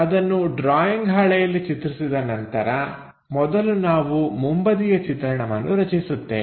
ಅದನ್ನು ಡ್ರಾಯಿಂಗ್ ಹಾಳೆಯಲ್ಲಿ ಚಿತ್ರಿಸಿದ ನಂತರ ಮೊದಲು ನಾವು ಮುಂಬದಿಯ ಚಿತ್ರಣವನ್ನು ರಚಿಸುತ್ತೇವೆ